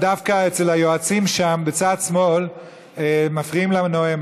דווקא אצל היועצים שם מפריעים לנואם.